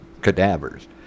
cadavers